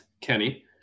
kenny